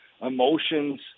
emotions